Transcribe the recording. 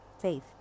faith